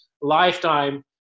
lifetime